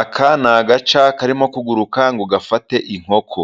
Aka ni agaca karimo kuguruka ngo gafate inkoko.